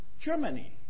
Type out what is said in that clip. Germany